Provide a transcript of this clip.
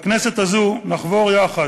בכנסת הזאת נחבור יחד.